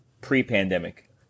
pre-pandemic